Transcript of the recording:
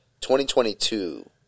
2022